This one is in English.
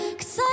cause